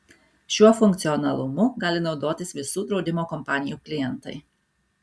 šiuo funkcionalumu gali naudotis visų draudimo kompanijų klientai